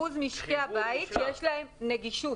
אחוז משקי הבית שיש להם נגישות.